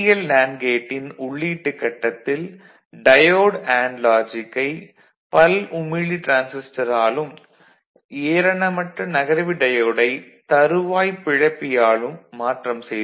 NAND கேட்டின் உள்ளீட்டுக் கட்டத்தில் டயோடு அண்டு லாஜிக்கை பல்உமிழி டிரான்சிஸ்டராலும் ஏரணமட்ட நகர்வி டயோடை தறுவாய்ப் பிளப்பியாலும் மாற்றம் செய்தோம்